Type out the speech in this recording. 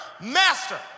Master